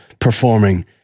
performing